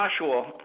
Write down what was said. Joshua